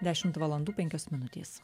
dešimt valandų penkios minutės